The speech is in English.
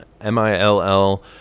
m-i-l-l